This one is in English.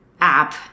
app